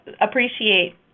appreciate